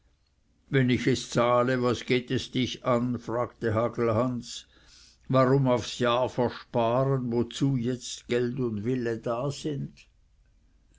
wenn ich es zahle was geht es dich an fragte hagelhans warum aufs jahr versparen wozu jetzt geld und wille da sind